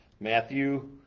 Matthew